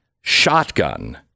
shotgun